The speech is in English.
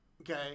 okay